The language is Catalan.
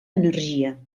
energia